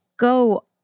Go